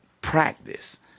practice